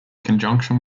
conjunction